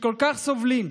שכל כך סובלים: